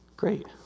Great